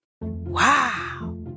Wow